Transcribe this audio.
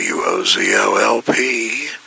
W-O-Z-O-L-P